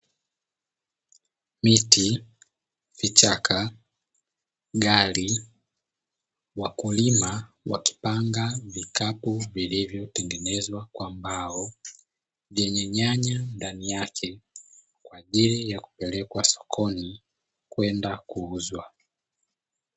Miti, vichaka, gari, wakulima wakipanga vikapu vilivyotengenezwa kwa mbao vyenye nyaya ndani yake, kwa ajili ya kupelekwa sokoni kwenda kuuzwa.